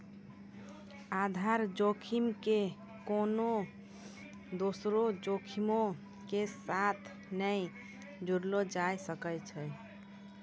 आधार जोखिम के कोनो दोसरो जोखिमो के साथ नै जोड़लो जाय सकै छै